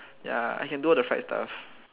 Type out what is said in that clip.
ya I can do all the fried stuff